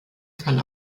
kann